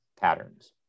patterns